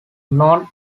known